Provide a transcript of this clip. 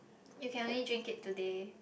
you can only drink it today